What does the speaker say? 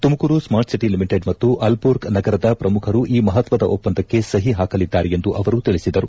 Tumakuru smart city limited ಮತ್ತು Aalborg ನಗರದ ಪ್ರಮುಖರು ಈ ಮಹತ್ವದ ಒಪ್ಪಂದಕ್ಕೆ ಸಹ ಪಾಕಲಿದ್ದಾರೆ ಎಂದು ಅವರು ತಿಳಿಸಿದರು